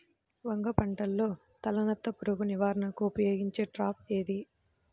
వంగ పంటలో తలనత్త పురుగు నివారణకు ఉపయోగించే ట్రాప్ ఏది?